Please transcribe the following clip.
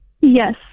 yes